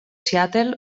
seattle